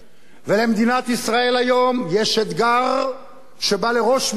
ולמדינת ישראל היום יש אתגר שבו לראש ממשלה